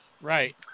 Right